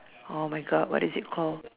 oh my god what is it called